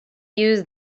use